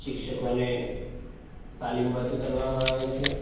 શિક્ષકોને તાલીમબદ્ધ કરવામાં આવે છે